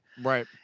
Right